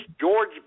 George